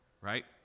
right